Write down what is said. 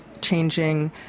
changing